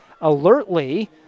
Alertly